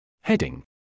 Heading